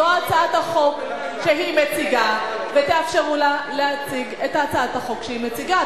זו הצעת החוק שהיא מציגה ותאפשרו לה להציג את הצעת החוק שהיא מציגה.